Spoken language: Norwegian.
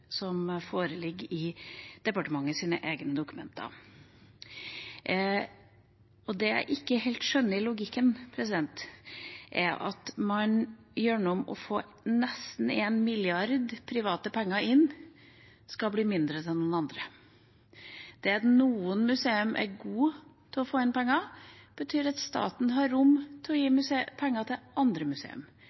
foreligger i departementets egne dokumenter. Det jeg ikke helt skjønner logikken i, er at det gjennom at man får nesten 1 mrd. kr i private penger inn, skal bli mindre til noen andre. Det at noen museer er gode til å få inn penger, gjør at staten har rom for å gi penger til andre